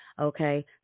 Okay